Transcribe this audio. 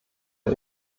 der